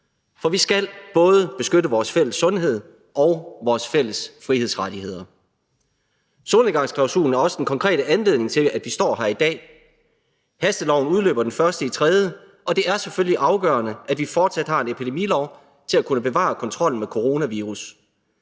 For vi skal både beskytte vores fælles sundhed og vores fælles frihedsrettigheder. Solnedgangsklausulen er også den konkrete anledning til, at vi står her i dag. Hasteloven udløber den 1. marts, og det er selvfølgelig afgørende, at vi fortsat har en epidemilov til at kunne bevare kontrollen med coronavirus